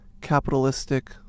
capitalistic